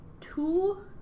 two